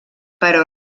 però